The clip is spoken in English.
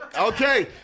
Okay